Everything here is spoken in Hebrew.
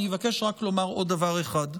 אני אבקש רק לומר עוד דבר אחד.